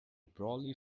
brolly